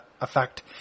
effect